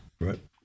Right